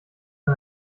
der